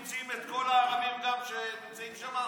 מוציאים את כל הערבים שנמצאים שם.